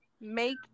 Make